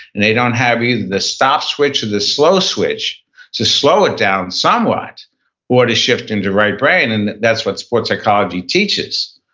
and they don't have either the stop switch or the slow switch to slow it down somewhat or to shift into right brain. and that's what sport psychology teaches.